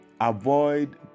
Avoid